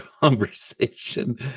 conversation